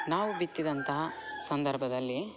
ನಾವು ಬಿತ್ತಿದಂತಹ ಸಂದರ್ಭದಲ್ಲಿ